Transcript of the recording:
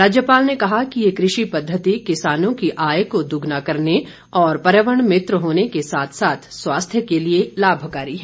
राज्यपाल ने कहा कि ये कृषि पद्धति किसानों की आय को दोगुना करने और पर्यावरण मित्र होने के साथ साथ स्वास्थ्य के लिए लाभकारी है